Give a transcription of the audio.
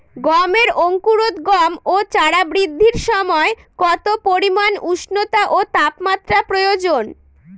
গমের অঙ্কুরোদগম ও চারা বৃদ্ধির সময় কত পরিমান উষ্ণতা বা তাপমাত্রা প্রয়োজন?